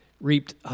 reaped